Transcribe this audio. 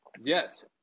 Yes